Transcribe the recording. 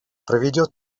проведет